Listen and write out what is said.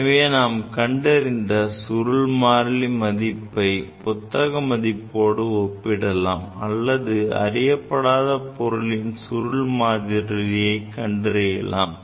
எனவே நாம் கண்டறிந்த சுருளி மாறிலி மதிப்பை புத்தக மதிப்போடு ஒப்பிடலாம் அல்லது அறியப்படாத பொருளின் சுருள் மாறிலியை கண்டறியலாம்